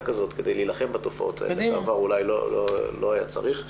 כזאת כדי להילחם בתופעות מה שבעבר אולי לא היה צריך.